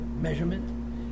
measurement